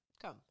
Come